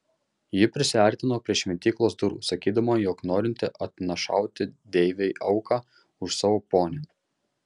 ji prisiartino prie šventyklos durų sakydama jog norinti atnašauti deivei auką už savo ponią